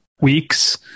weeks